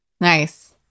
Nice